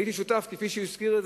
כפי שהוא הזכיר,